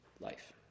life